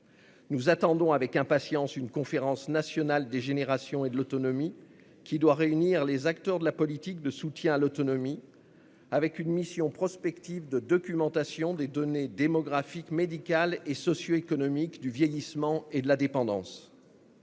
Nous attendons avec impatience la tenue d'une conférence nationale des générations et de l'autonomie, qui doit réunir les acteurs de la politique de soutien à l'autonomie, avec une mission prospective de documentation des données démographiques, médicales et socioéconomiques du vieillissement et de la dépendance.